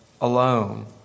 alone